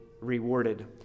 rewarded